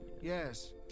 yes